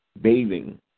bathing